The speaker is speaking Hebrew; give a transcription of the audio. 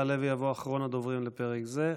יעלה ויבוא אחרון הדוברים לפרק זה,